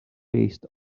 based